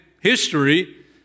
history